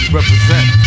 represent